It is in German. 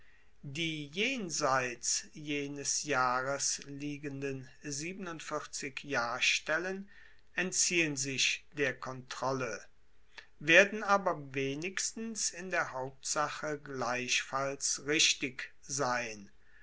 die jenseits jenes jahres liegenden jahrstellen entziehen sich der kontrolle werden aber wenigstens in der hauptsache gleichfalls richtig sein